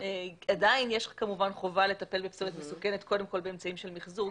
עדיין יש כמובן חובה לטפל בפסולת מסוכנת קודם כל באמצעים של מיחזור,